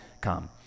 come